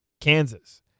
Kansas